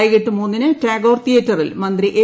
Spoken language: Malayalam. വൈകിട്ട് മൂന്നിന് ടാഗോർ തീയേറ്ററിൽ മന്ത്രി എ